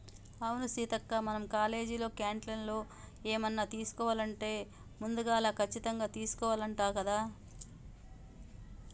అవును సీతక్క మనం కాలేజీలో క్యాంటీన్లో ఏమన్నా తీసుకోవాలంటే ముందుగాల కచ్చితంగా తీసుకోవాల్నంట కదా